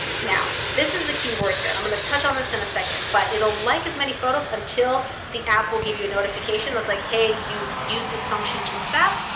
now, this is the key word here, and i'm going to touch on this in a second, but it'll like as many photos until the app will give you a notification that's like, hey, you've used this function too fast.